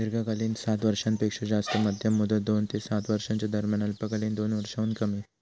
दीर्घकालीन सात वर्षांपेक्षो जास्त, मध्यम मुदत दोन ते सात वर्षांच्यो दरम्यान, अल्पकालीन दोन वर्षांहुन कमी